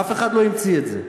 אף אחד לא המציא את זה.